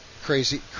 Crazy